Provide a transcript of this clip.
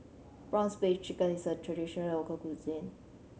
prawn paste chicken is a traditional local cuisine